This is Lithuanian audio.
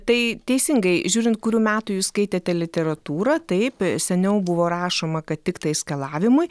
tai teisingai žiūrint kurių metų jūs skaitėte literatūrą taip seniau buvo rašoma kad tiktai skalavimui